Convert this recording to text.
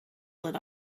lit